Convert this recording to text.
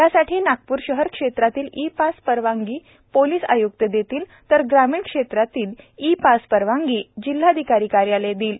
यासाठी नागपूर शहर क्षेत्रातील ई पास परवानगी पोलीस आयुक्त देतील तर ग्रामीण क्षेत्रातील ई पास परवानगी जिल्हाधिकारी कार्यालय देईल